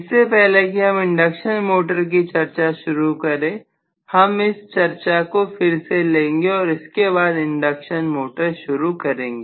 इससे पहले कि हम इंडक्शन मोटर की चर्चा शुरू करें हम इस चर्चा को फिर से लेंगे और उसके बाद इंडक्शन मोटर शुरू करेंगे